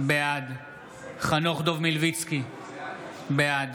בעד חנוך דב מלביצקי, בעד